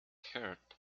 heart